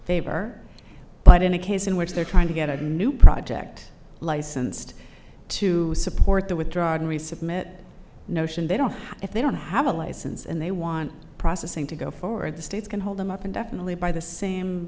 favor but in a case in which they're trying to get a new project license to support the withdraw don't resubmit notion they don't if they don't have a license and they want processing to go forward the states can hold them up indefinitely by the same